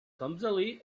clumsily